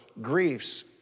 griefs